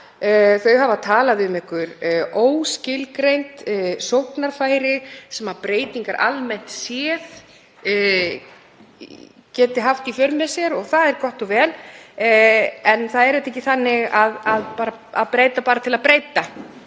Þau hafa talað um einhver óskilgreind sóknarfæri sem breytingar almennt séð geti haft í för með sér og það er gott og vel. En það er ekki þannig að það að breyta bara til að breyta